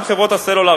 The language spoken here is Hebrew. גם חברות הסלולר,